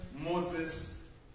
Moses